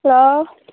hello